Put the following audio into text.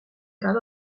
drink